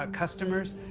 ah customers,